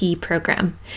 program